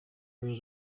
uyu